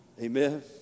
Amen